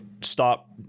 stop